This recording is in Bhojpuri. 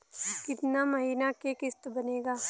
कितना महीना के किस्त बनेगा?